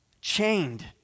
Chained